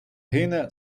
гине